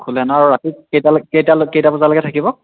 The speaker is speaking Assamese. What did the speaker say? খোলে ন ৰাতি কেইটালৈ কেইটা কেইটা বজালৈকে থাকিব